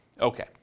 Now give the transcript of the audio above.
Okay